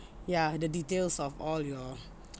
ya the details of all your